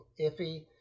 iffy